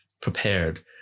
prepared